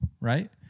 Right